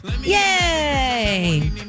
Yay